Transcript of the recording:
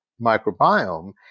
microbiome